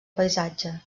paisatge